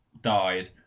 died